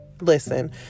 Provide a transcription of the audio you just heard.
Listen